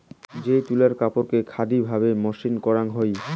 যে তুলার কাপড়কে খাদি ভাবে মসৃণ করাং হই